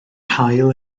haul